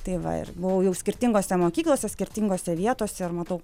tai va ir buvau jau skirtingose mokyklose skirtingose vietose ir matau